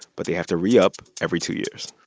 but they have to re-up every two years